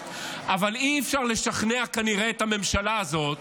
אבל כנראה אי-אפשר לשכנע את הממשלה הזאת